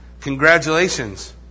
Congratulations